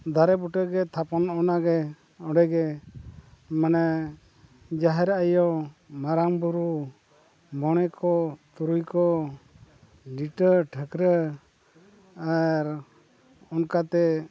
ᱫᱟᱨᱮ ᱵᱩᱴᱟᱹᱜᱮ ᱛᱷᱟᱯᱚᱱ ᱚᱱᱟᱜᱮ ᱚᱸᱰᱮᱜᱮ ᱢᱟᱱᱮ ᱡᱟᱦᱮᱨ ᱟᱭᱳ ᱢᱟᱨᱟᱝ ᱵᱩᱨᱩ ᱢᱚᱬᱮ ᱠᱚ ᱛᱩᱨᱩᱭ ᱠᱚ ᱞᱤᱴᱟᱹ ᱴᱷᱟᱹᱠᱨᱟᱱ ᱟᱨ ᱚᱱᱠᱟᱛᱮ